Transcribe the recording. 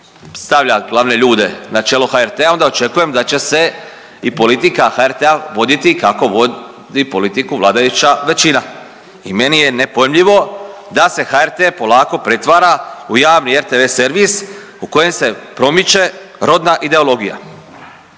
stavlja glavne ljude na čelo HRT-a onda očekujem da će se i politika HRT-a voditi kako vodi politiku vladajuća većina i meni je nepojmljivo da se HRT polako pretvara u javni RTV servis u kojem se promiče rodna ideologija